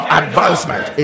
advancement